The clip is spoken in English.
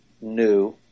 new